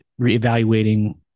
reevaluating